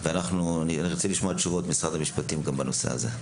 ואנחנו נרצה לשמוע תשובות ממשרד המשפטים גם בנושא הזה.